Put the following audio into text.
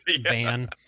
van